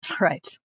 Right